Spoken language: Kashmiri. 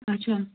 اَچھا